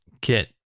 get